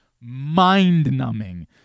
mind-numbing